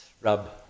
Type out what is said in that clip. Rub